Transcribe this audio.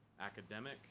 academic